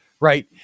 Right